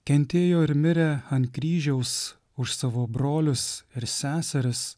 kentėjo ir mirė ant kryžiaus už savo brolius ir seseris